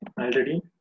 already